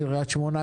קריית שמונה,